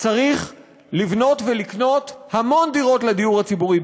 צריך לבנות ולקנות המון דירות לדיור ציבורי,